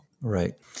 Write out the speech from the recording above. Right